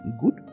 good